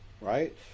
right